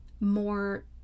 more